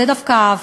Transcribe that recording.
את זה דווקא אהבתי,